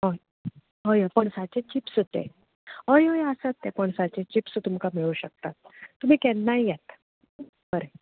हय पणसाचे चिप्स ते हय हय आसात ते पणसाचे चिप्स तुमकां मेलूंक शकतात तुमी केन्नाय येयात बरें